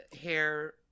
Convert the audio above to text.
hair